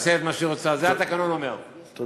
ואז